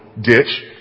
ditch